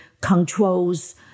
controls